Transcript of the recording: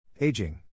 aging